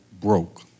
broke